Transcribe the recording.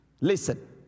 listen